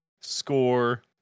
score